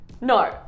No